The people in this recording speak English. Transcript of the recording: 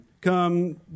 come